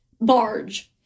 barge